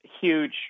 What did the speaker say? huge